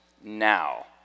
now